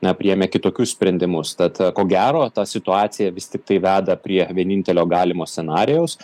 na priėmė kitokius sprendimus tad ko gero ta situacija vis tik tai veda prie vienintelio galimo scenarijaus